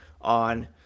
on